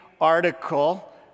article